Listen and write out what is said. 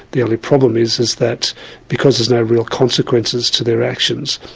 the only problem is is that because there's no real consequences to their actions,